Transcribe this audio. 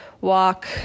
walk